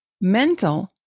mental